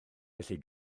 felly